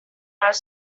are